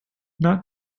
not